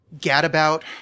gadabout